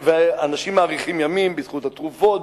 אנשים מאריכים ימים בזכות התרופות,